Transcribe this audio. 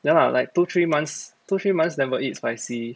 ya lah like two three months two three months never eat spicy